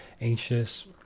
anxious